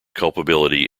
culpability